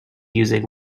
using